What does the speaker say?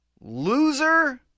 Loser